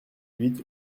huit